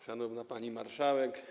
Szanowna Pani Marszałek!